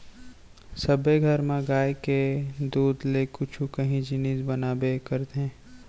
सबे घर म गाय के दूद ले कुछु काही जिनिस बनाबे करथे